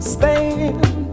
Stand